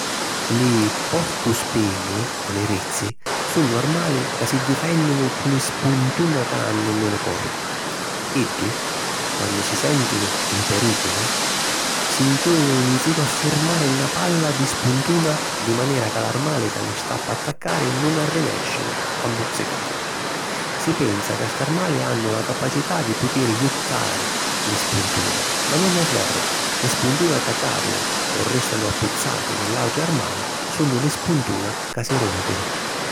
Li porcuspini o li rizzi sunnu armali ca si difènninu cu li spuntuna ca hannu nni lu corpu. Iddi, quannu si sèntinu in perìculu, si nchiùjinu nsinu a furmari na palla di spuntuna di manera ca l'armali ca li sta p'attaccari nun arrinèscinu a muzzicari. Si pensa ca st'armali hannu la capacità di putiri jittari li spuntuna ma nun è veru, li spuntuna ca càdinu o rèstanu appizzati nni l’àutru armali, sunnu li spuntuna ca si rùmpinu.